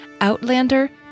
Outlander